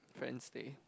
friends stay